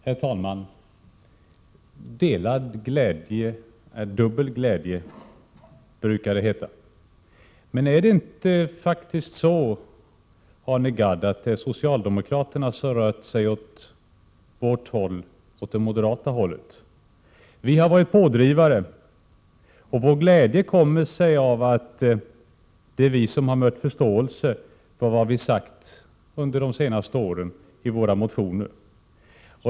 Herr talman! Delad glädje är dubbel glädje, brukar det heta. Men är det inte så, Arne Gadd, att socialdemokraterna har rört sig åt det moderata hållet? Vi har varit pådrivare, och vår glädje kommer sig av att vi har mött förståelse för vad vi har sagt under de senaste åren i våra motioner.